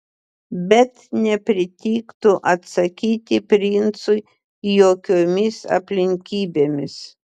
bet nepritiktų atsakyti princui jokiomis aplinkybėmis